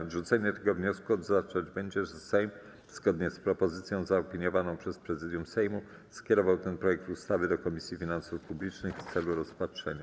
Odrzucenie tego wniosku oznaczać będzie, że Sejm, zgodnie z propozycją zaopiniowaną przez Prezydium Sejmu, skierował ten projekt ustawy do Komisji Finansów Publicznych w celu rozpatrzenia.